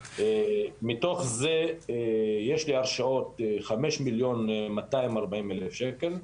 מתוך זה יש לי הרשאות של חמש מיליון מאתיים ארבעים אלף שקל.